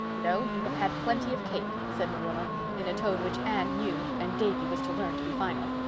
no, you have had plenty of cake, said marilla in a tone which anne knew and davy was to learn to be final.